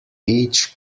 each